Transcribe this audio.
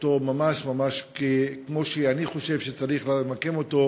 אותו ממש ממש כמו שאני חושב שצריך למקם אותו,